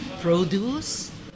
produce